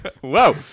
Whoa